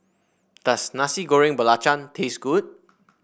does Nasi Goreng Belacan taste good